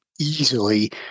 Easily